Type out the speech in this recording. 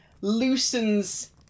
Loosens